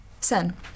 Sen